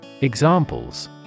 Examples